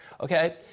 okay